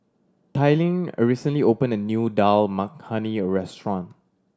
Tyrin a recently opened a new Dal Makhani Restaurant